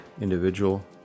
individual